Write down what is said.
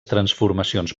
transformacions